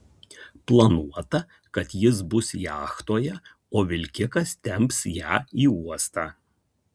planuota kad jis bus jachtoje o vilkikas temps ją į uostą